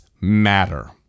matter